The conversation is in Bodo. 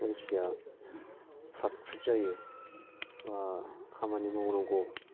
मानसिया फ्रात फ्रित जायो खामानि मावनांगौ